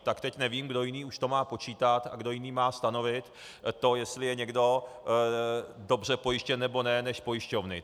Tak teď nevím, kdo jiný už to má počítat a kdo jiný má stanovit to, jestli je někdo dobře pojištěn, nebo ne, než pojišťovny.